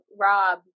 Rob